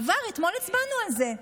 עבר, אתמול הצבענו על זה.